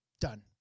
Done